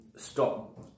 stop